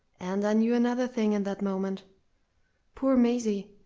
and i knew another thing in that moment poor maisie,